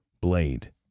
blade